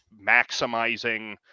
maximizing